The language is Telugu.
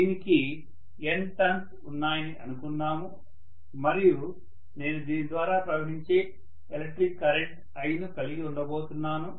దీనికి N టర్న్స్ ఉన్నాయని అనుకుందాము మరియు నేను దీని ద్వారా ప్రవహించే ఎలక్ట్రిక్ కరెంట్ I ను కలిగి ఉండబోతున్నాను